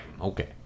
okay